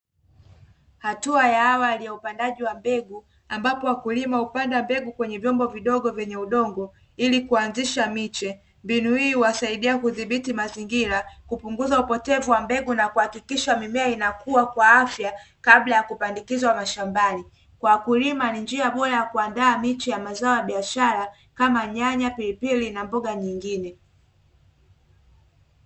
Hatua ya awali ya upandaji wa mbegu, ambapo wakulima hupanda mbegu kwenye vyombo vidogo vyenye udongo ili kuanzisha miche. Mbinu hii huwasaidia kudhibiti mazingira, kupunguza upotevu wa mbegu na kuhakikisha mimea inakuwa kwa afya kabla ya kupandikizwa mashambani. Kwa wakulima ni njia bora ya kuandaa miche ya mazao ya biashara kama: nyanya, pilipili na mboga nyingine.